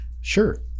Sure